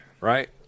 right